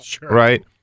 right